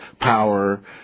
power